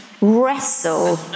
wrestle-